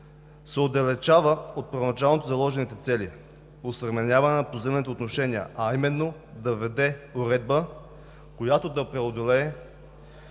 се отдалечава от първоначално заложените цели, осъвременяване на поземлените отношения, а именно да въведе „уредба, която да преодолее